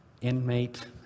inmate